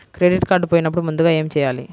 Credit card పోయినపుడు ముందుగా ఏమి చేయాలి?